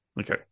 Okay